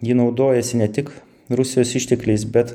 ji naudojasi ne tik rusijos ištekliais bet